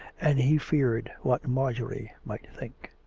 and he feared what marjorie might think.